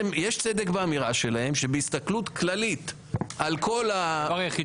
יש צדק באמירה שלהם שבהסתכלות כללית --- הדבר היחיד